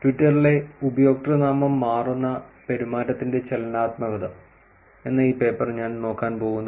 ട്വിറ്ററിലെ ഉപയോക്തൃനാമം മാറുന്ന പെരുമാറ്റത്തിന്റെ ചലനാത്മകത എന്ന ഈ പേപ്പർ ഞാൻ നോക്കാൻ പോകുന്നു